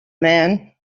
man